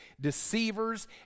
deceivers